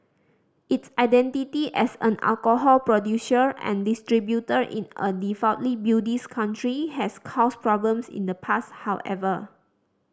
its identity as an alcohol producer and distributor in a devoutly Buddhist country has caused problems in the past however